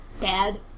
Dad